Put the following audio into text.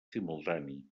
simultani